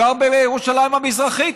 הוא גר בירושלים המזרחית,